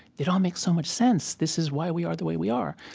it all makes so much sense. this is why we are the way we are.